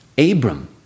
Abram